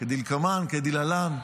כדלקמן, כדלהלן.